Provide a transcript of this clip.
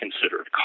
considered